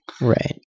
Right